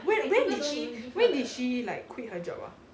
when when did she when did she like quit her job ah